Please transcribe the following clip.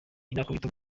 inakubita